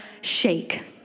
shake